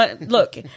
Look